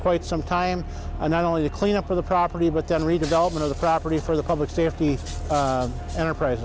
quite some time and not only the cleanup of the property but the redevelopment of the property for the public safety enterprise